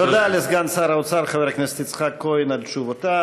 תודה לסגן שר האוצר חבר הכנסת יצחק כהן על תשובותיו.